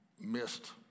missed